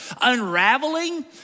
unraveling